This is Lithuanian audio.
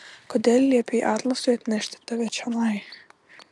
kodėl liepei atlasui atnešti tave čionai